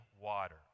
water